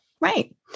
Right